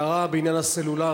הערה בעניין הסלולרי.